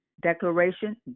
declaration